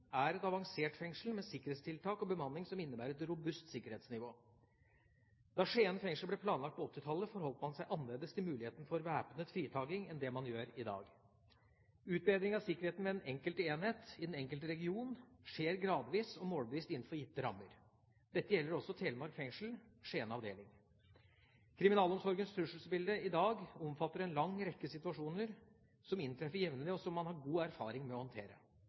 er et avansert fengsel med sikkerhetstiltak og bemanning som innebærer et robust sikkerhetsnivå. Da Skien fengsel ble planlagt på 1980-tallet, forholdt man seg annerledes til muligheten for væpnet fritaking enn man gjør i dag. Utbedring av sikkerheten ved den enkelte enhet i den enkelte region skjer gradvis og målbevisst innenfor gitte rammer. Dette gjelder også Telemark fengsel, Skien avdeling. Kriminalomsorgens trusselbilde i dag omfatter en lang rekke situasjoner som inntreffer jevnlig, og som man har god erfaring med å håndtere.